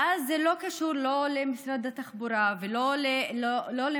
ואז זה לא קשור לא למשרד התחבורה ולא למועצה,